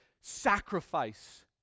sacrifice